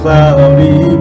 Cloudy